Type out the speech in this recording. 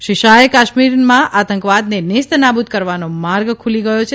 શ્રી શાહે કાશ્મીરમાં આતંકવાદને નેસ્તનાબૂદ કરવાનો માર્ગ ખૂલી ગયો છે